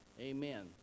Amen